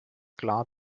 klar